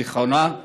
זיכרונו לברכה,